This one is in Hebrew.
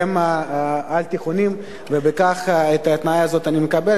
והם על-תיכוניים, ובכך את ההתניה הזאת אני מקבל.